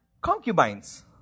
concubines